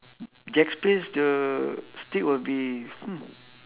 jack's place the steak will be hmm